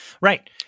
Right